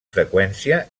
freqüència